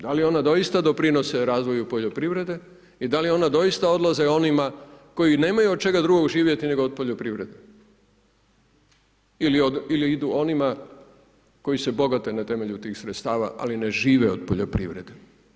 Da li ona doista doprinose razvoju poljoprivrede i da li ona doista odlaze onima koji nemaju od čega drugoga živjeti, nego od poljoprivrede, ili idu onima koji se bogate na temelju tih sredstava, ali ne žive od poljoprivrede.